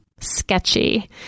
sketchy